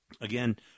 Again